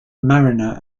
mariner